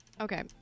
Okay